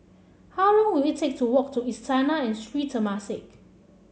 how long will it take to walk to Istana and Sri Temasek